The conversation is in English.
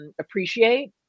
appreciate